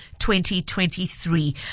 2023